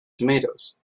tomatoes